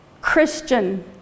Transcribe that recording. Christian